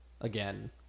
again